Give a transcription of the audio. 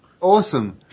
awesome